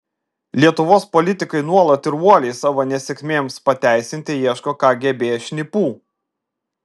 lietuvos politikai nuolat ir uoliai savo nesėkmėms pateisinti ieško kgb šnipų